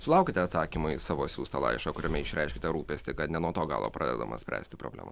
sulaukėte atsakymo į savo siųstą laišką kuriame išreiškiate rūpestį kad ne nuo to galo pradedama spręsti problemą